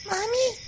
Mommy